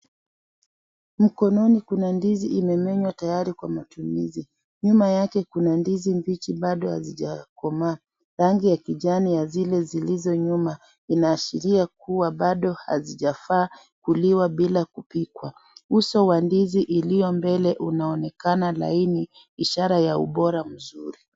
Mkononi kuna ndizi imemenywa tayari kwa matumizi. Nyuma yake kuna ndizi ambazo bado hazijakomaa. Rangi ya kijani ya zile zilizoiva inaashiria kuwa bado hazijafaa kuliwa bila kupikwa. Uso wa ndizi iliyo mbele unaonekana vizuri ishara ya ubora mzuri.